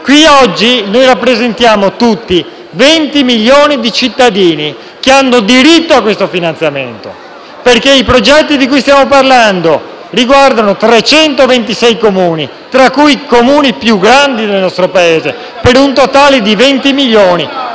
elettorali. Noi rappresentiamo tutti i 20 milioni di cittadini che hanno diritto a questo finanziamento perché i progetti di cui stiamo parlando riguardano 326 Comuni, tra cui i Comuni più grandi del nostro Paese, per un totale di 20 milioni